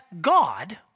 God